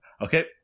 Okay